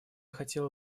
хотела